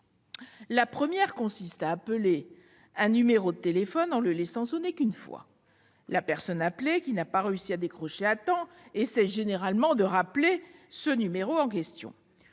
La première consiste à appeler un numéro de téléphone en ne le laissant sonner qu'une fois. La personne appelée, qui n'a pas réussi à décrocher à temps, essaie généralement de rappeler le numéro en question.